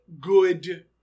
good